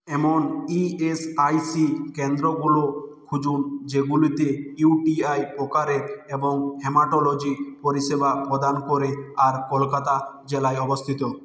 এমন ইএসআইসি কেন্দ্রগুলো খুঁজুন যেগুলো ইউটিআই প্রকারের এবং হেমাটোলজি পরিষেবা প্রদান করে আর কলকাতা জেলায় অবস্থিত